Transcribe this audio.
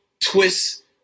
twist